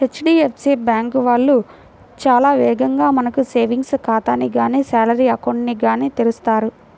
HDFC bank వాళ్ళు చాలా వేగంగా మనకు సేవింగ్స్ ఖాతాని గానీ శాలరీ అకౌంట్ ని గానీ తెరుస్తారు